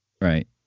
Right